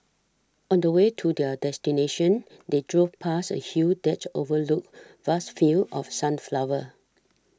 on the way to their destination they drove past a hill that overlooked vast fields of sunflowers